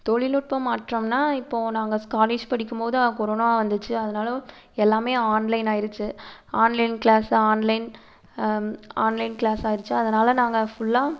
தொழில்நுட்பம் மாற்றம்னால் இப்போது நாங்கள் காலேஜ் படிக்கும்போது கொரோனா வந்துச்சு அதனால எல்லாமே ஆன்லைன் ஆகிடுச்சி online class online online class ஆகிடுச்சி அதனால் நாங்கள் ஃபுல்லாக